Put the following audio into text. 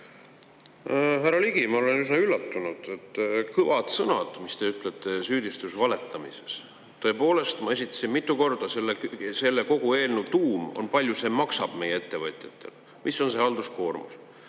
Härra Ligi! Ma olen üsna üllatunud, kõvad sõnad, mis te ütlete, süüdistus valetamises. Tõepoolest, ma esitasin mitu korda … Selle kogu eelnõu tuum on, palju see maksab meie ettevõtjatele. Mis on see halduskoormus?